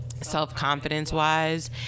self-confidence-wise